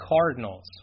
Cardinals